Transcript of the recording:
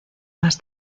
más